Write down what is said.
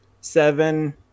seven